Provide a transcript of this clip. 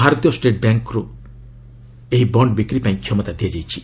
ଭାରତୀୟ state bank ଏହି bond ବିକ୍ରିପାଇଁ କ୍ଷମତା ଦିଆଯାଇଛି